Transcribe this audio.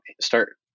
start